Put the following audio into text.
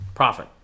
profit